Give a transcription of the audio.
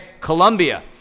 Colombia